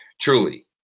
Truly